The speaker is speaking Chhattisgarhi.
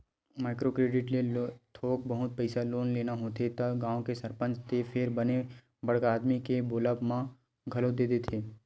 माइक्रो क्रेडिट ले थोक बहुत पइसा लोन लेना होथे त गाँव के सरपंच ते फेर बने बड़का आदमी के बोलब म घलो दे देथे